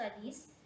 studies